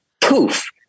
poof